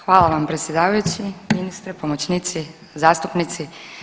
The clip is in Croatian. Hvala vam predsjedavajući, ministri, pomoćnici, zastupnici.